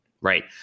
right